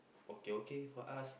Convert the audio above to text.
okay okay for us